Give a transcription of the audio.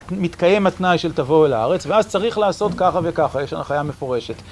מתקיים התנאי של תבואו אל הארץ, ואז צריך לעשות ככה וככה, יש לנו הנחייה מפורשת.